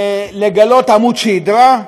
עמוד שדרה,